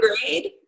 grade